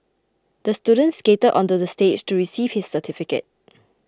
the student skated onto the stage to receive his certificate